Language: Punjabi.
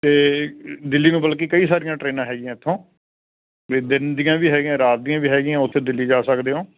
ਅਤੇ ਦਿੱਲੀ ਨੂੰ ਬਲਕਿ ਕਈ ਸਾਰੀਆਂ ਟਰੇਨਾਂ ਹੈਗੀਆਂ ਇੱਥੋਂ ਦਿਨ ਦੀਆਂ ਵੀ ਹੈਗੀਆਂ ਰਾਤ ਦੀਆਂ ਵੀ ਹੈਗੀਆਂ ਉੱਥੋਂ ਦਿੱਲੀ ਜਾ ਸਕਦੇ ਹੋ